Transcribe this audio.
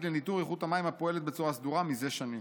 לניטור איכות המים והיא פועלת בצורה סדורה מזה שנים.